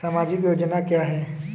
सामाजिक योजना क्या है?